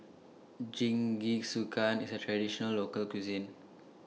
Jingisukan IS A Traditional Local Cuisine